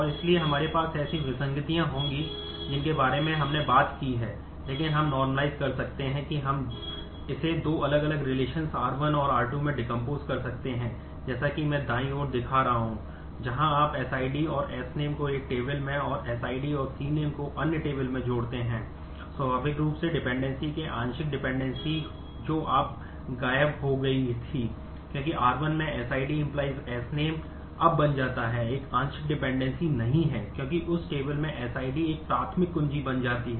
इसलिए अतिरेक के रूप में योग्य नहीं है